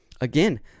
Again